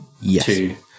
yes